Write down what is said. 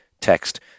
text